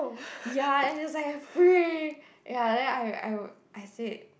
ya and it was like free ya and then I I would I said